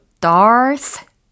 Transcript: Darth